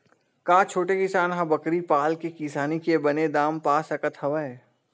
का छोटे किसान ह बकरी पाल के किसानी के बने दाम पा सकत हवय?